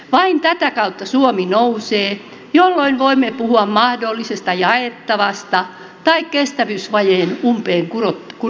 vain tätä kautta suomi nousee jolloin voimme puhua mahdollisesta jaettavasta tai kestävyysvajeen umpeen kuromisesta